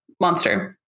monster